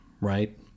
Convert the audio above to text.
right